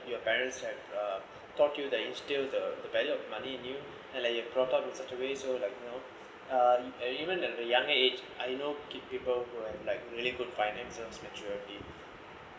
your parents have uh taught you that you the the value of money new like you are brought up in such a way so like you know and even than the young age I know keep people who are like really good finances maturity